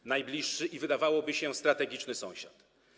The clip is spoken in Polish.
To najbliższy i, wydawałoby się, strategiczny sąsiad.